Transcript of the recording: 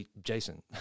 Jason